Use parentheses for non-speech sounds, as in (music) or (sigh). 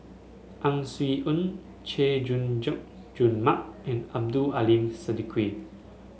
Ang Swee Aun Chay Jung (unintelligible) June Mark and Abdul Aleem Siddique